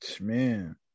Man